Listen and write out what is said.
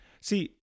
see